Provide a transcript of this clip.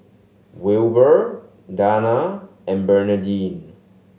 Wilber Danna and Bernadine